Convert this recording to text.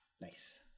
Nice